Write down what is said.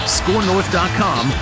scorenorth.com